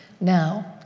Now